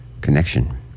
Connection